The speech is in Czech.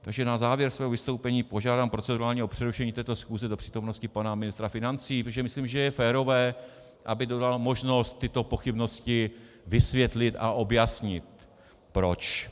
Takže na závěr svého vystoupení požádám procedurálně o přerušení této schůze do přítomnosti pana ministra financí, protože myslím, že je férové, aby dostal možnost tyto pochybnosti vysvětlit a objasnit proč.